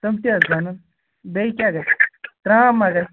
تِم تہِ حظ بَنن بیٚیہِ کیٛاہ گَژھِ ترٛام مَہ گژھِ